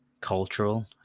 cultural